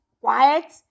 quiet